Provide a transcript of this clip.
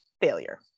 failure